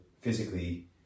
physically